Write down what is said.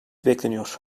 bekleniyor